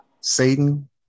Satan